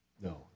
No